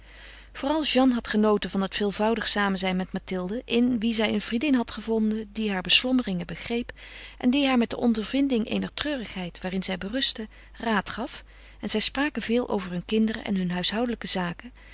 vooral jeanne had genoten van dat veelvoudig samenzijn met mathilde in wie zij een vriendin had gevonden die haar beslommeringen begreep en die haar met de ondervinding eener treurigheid waarin zij berustte raad gaf en zij spraken veel over hun kinderen en hun huishoudelijke zaken